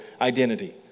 identity